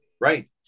Right